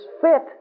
fit